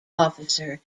officer